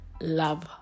love